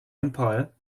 empire